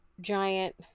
giant